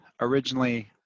originally